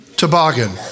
toboggan